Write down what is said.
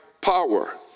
power